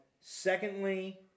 Secondly